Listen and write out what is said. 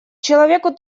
человеку